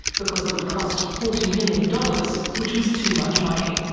because it would cost forty million dollars, which was too much money.